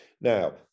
Now